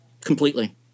completely